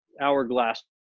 hourglass